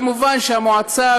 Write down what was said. מובן שהמועצה,